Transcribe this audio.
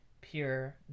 pure